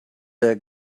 their